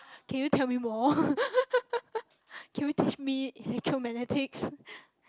can you tell me more can you teach me electromagnetics